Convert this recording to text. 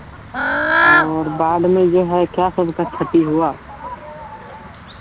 और बाढ़ में जो है क्या सबका क्षति हुआ